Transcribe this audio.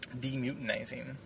demutinizing